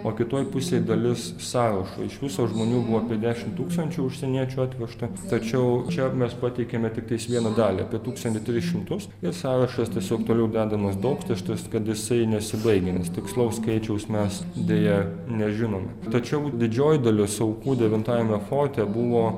o kitoj pusėj dalis sąrašo iš viso žmonių buvo apie dešimt tūkstančių užsieniečių atvežta tačiau čia mes pateikėme tiktais vieną dalį apie tūkstantį tris šimtus ir sąrašas tiesiog toliau dedamas daugtaškis kad jisai nesibaigia nes tikslaus skaičiaus mes deja nežinome tačiau didžioji dalis aukų devintajame forte buvo